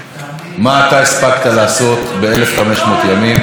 מה אתה הספקת לעשות ב-1,500 ימים?